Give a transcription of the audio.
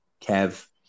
Kev